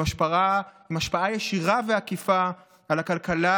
עם השפעה ישירה ועקיפה על הכלכלה,